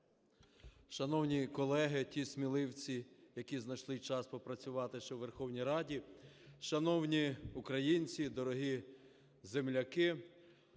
Шановні колеги, ті сміливці, які знайшли час попрацювати ще у Верховній Раді! Шановні українці, дорогі земляки!